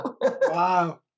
Wow